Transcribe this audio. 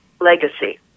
legacy